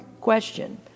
question